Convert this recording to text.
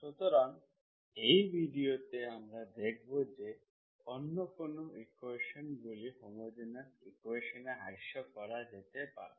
সুতরাং এই ভিডিও তে আমরা দেখব যে অন্য কোন ইকুয়েশন্স গুলি হোমোজেনিয়াস ইকুয়েশন্সে হ্রাস করা যেতে পারে